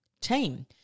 team